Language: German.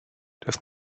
das